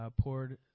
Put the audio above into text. poured